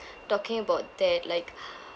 talking about that like